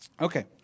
Okay